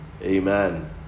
Amen